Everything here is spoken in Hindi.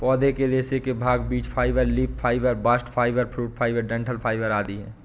पौधे के रेशे के भाग बीज fibre, leaf fibre, bast fibre, fruit fibre, डंठल फाइबर आदि है